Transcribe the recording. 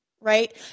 right